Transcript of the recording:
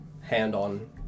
hand-on